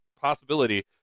possibility